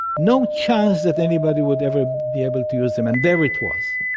no chance that anybody would ever be able to use them, and there it was.